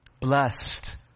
Blessed